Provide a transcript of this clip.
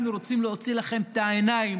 אנחנו רוצים להוציא לכם את העיניים,